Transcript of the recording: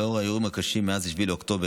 לנוכח האירועים הקשים מאז 7 באוקטובר,